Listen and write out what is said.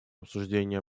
обсуждения